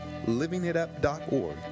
LivingItUp.org